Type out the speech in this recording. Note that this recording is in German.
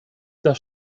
das